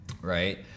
right